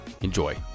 Enjoy